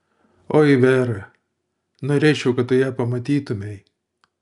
oi vera norėčiau kad tu ją pamatytumei